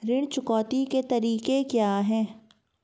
ऋण चुकौती के तरीके क्या हैं?